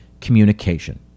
communication